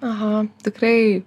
aha tikrai